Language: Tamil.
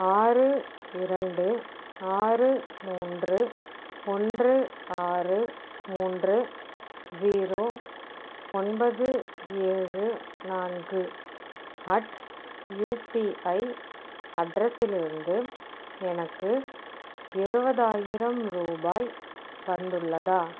ஆறு இரண்டு ஆறு மூன்று ஒன்று ஆறு மூன்று ஸீரோ ஒன்பது ஏழு நான்கு அட் யுபிஐ அட்ரஸிலிருந்து எனக்கு இருபதாயிரம் ரூபாய் வந்துள்ளதா